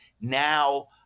now